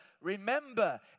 remember